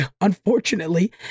unfortunately